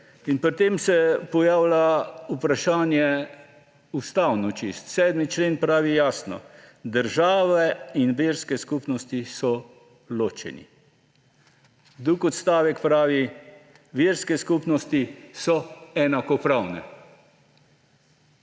in pri tem se pojavlja vprašanje ustavnosti. 7. člen Ustave pravi jasno: Država in verske skupnosti so ločene. Drug odstavek pravi: Verske skupnosti so enakopravne;